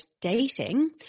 dating